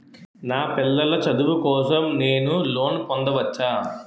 నా పిల్లల చదువు కోసం నేను లోన్ పొందవచ్చా?